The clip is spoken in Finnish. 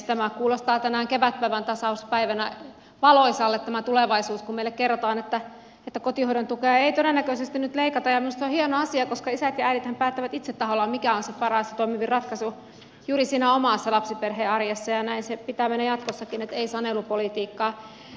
tämä tulevaisuus kuulostaa tänään kevätpäiväntasauspäivänä valoisalle kun meille kerrotaan että kotihoidon tukea ei todennäköisesti nyt leikata ja minusta se on hieno asia koska isät ja äidithän päättävät itse tahollaan mikä on se paras ja toimivin ratkaisu juuri siinä omassa lapsiperheen arjessa ja näin sen pitää mennä jatkossakin että ei sanelupolitiikkaa